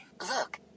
Look